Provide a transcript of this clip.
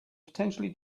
potentially